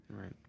Right